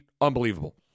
unbelievable